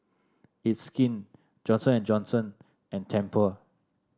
It's Skin Johnson And Johnson and Tempur